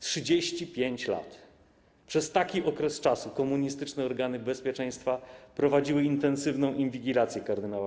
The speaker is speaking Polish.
35 lat - przez taki okres komunistyczne organy bezpieczeństwa prowadziły intensywną inwigilację kard.